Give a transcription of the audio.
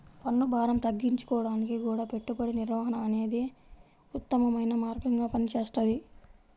పన్నుభారం తగ్గించుకోడానికి గూడా పెట్టుబడి నిర్వహణ అనేదే ఉత్తమమైన మార్గంగా పనిచేస్తది